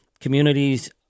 communities